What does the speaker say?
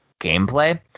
gameplay